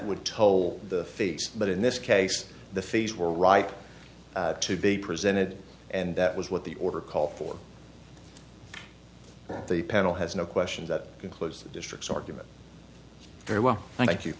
would toll the fix but in this case the fees were ripe to be presented and that was what the order call for the panel has no question that concludes the district's argument very well thank you